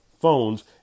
phones